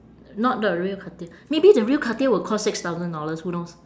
not the real cartier maybe the real cartier will cost six thousand dollars who knows